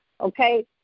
okay